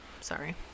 Sorry